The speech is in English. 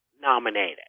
nominated